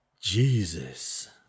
Jesus